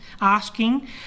asking